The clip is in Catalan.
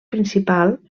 principal